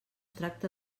tracta